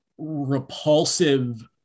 repulsive